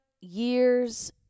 years